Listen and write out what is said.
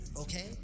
okay